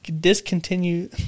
discontinue